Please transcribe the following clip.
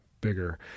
bigger